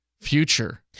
future